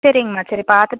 சரிங்கம்மா சரி பார்த்துட்டு